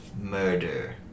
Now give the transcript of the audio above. Murder